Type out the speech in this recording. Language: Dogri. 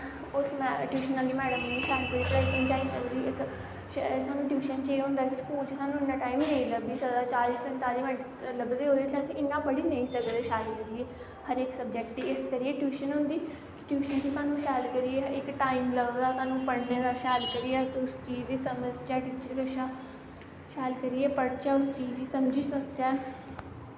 ओह् टयूशन आह्ली मैडम इन्ने शैल करियै पढ़ाई समझाई सकदी स्हानू टयूशन च एह् होंदा कि स्कूल च स्हानू इन्ना टाईम नेंई लब्भी सकदा चाली पंजताली मैंट लब्भदे ओह्दे च अस इन्ना पढ़ी नेंई सकदे सैल करियै हर इक सबजैक्ट गी इस करियै टयूशन होंदी टयूशन च स्हानू शैल करियै इक टाईम लब्भदा स्हानू पढ़ने दा शैल करियै अस उस चीज गी समझचै टीचर कशा शैल करियै पढ़चै उस चीज़ गी समझी सकचै